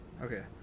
Okay